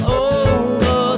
over